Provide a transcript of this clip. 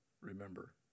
remember